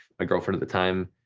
my girlfriend at the time,